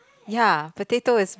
ya potato is